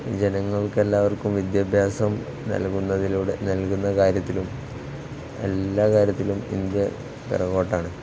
ഈ ജനങ്ങൾക്കെല്ലാവർക്കും വിദ്യാഭ്യാസം നൽകുന്ന കാര്യത്തിലും എല്ലാ കാര്യത്തിലും ഇന്ത്യ പിറകോട്ടാണ്